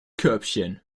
körbchen